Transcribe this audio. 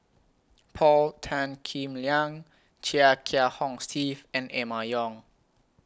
Paul Tan Kim Liang Chia Kiah Hong Steve and Emma Yong